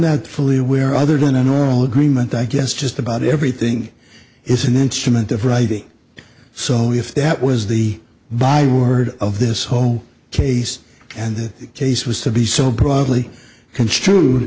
that fully aware other than an oral agreement i guess just about everything is an instrument of writing so if that was the by word of this whole case and the case was to be so broadly construed